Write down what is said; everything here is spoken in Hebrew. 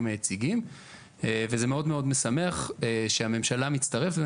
היציגים וזה מאוד מאוד משמח שהממשלה מצטרפת.